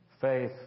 faith